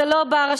זה לא בר-השוואה,